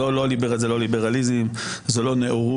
זה לא ליברליזם, זו לא נאורות.